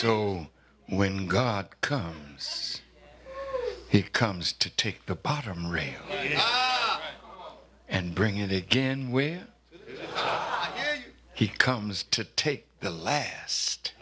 so when god comes it comes to take the bottom rail and bring it again where he comes to take the last